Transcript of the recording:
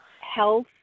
health